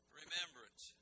remembrance